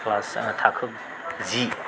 class थाखो जि